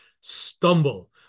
stumble